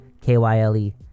K-Y-L-E